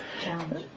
Challenge